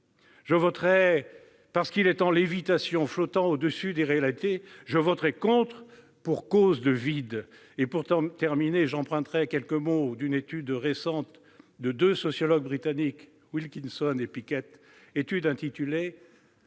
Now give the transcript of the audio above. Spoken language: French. projet, parce qu'il est en lévitation, flottant au-dessus des réalités. Je voterai contre pour cause de vide. Pour terminer, j'emprunterai quelques mots d'une étude récente de deux sociologues britanniques, Wilkinson et Pickett, intitulée